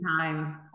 time